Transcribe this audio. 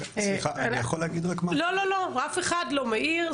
אף אחד לא מעיר,